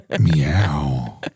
Meow